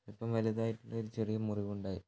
അൽപ്പം വലുതായിട്ട് ഒരു ചെറിയ മുറിവുണ്ടായി